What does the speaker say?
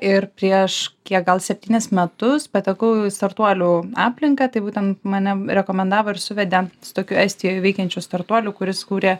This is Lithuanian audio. ir prieš kiek gal septynis metus patekau į startuolių aplinką tai būtent mane rekomendavo ir suvedė su tokiu estijoje veikiančiu startuoliu kuris kūrė